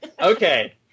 Okay